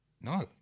No